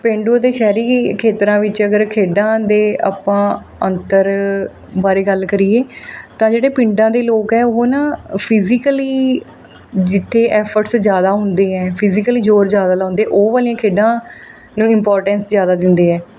ਪੇਂਡੂ ਅਤੇ ਸ਼ਹਿਰੀ ਖੇਤਰਾਂ ਵਿੱਚ ਅਗਰ ਖੇਡਾਂ ਦੇ ਆਪਾਂ ਅੰਤਰ ਬਾਰੇ ਗੱਲ ਕਰੀਏ ਤਾਂ ਜਿਹੜੇ ਪਿੰਡਾਂ ਦੇ ਲੋਕ ਹੈ ਉਹ ਨਾ ਫਿਜੀਕਲੀ ਜਿੱਥੇ ਐਫਰਟਸ ਜ਼ਿਆਦਾ ਹੁੰਦੇ ਹੈ ਫਿਜੀਕਲੀ ਜੋਰ ਜ਼ਿਆਦਾ ਲਾਉਂਦੇ ਉਹ ਵਾਲੀਆਂ ਖੇਡਾਂ ਨੂੰ ਇੰਪੋਟੈਂਸ ਜ਼ਿਆਦਾ ਦਿੰਦੇ ਹੈ